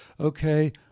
okay